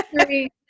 three